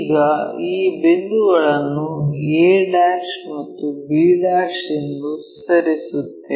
ಈಗ ಈ ಬಿಂದುಗಳನ್ನು a ಮತ್ತು b ಎಂದು ಹೆಸರಿಸುತ್ತೇವೆ